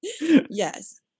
yes